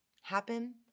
happen